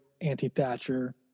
anti-Thatcher